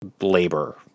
labor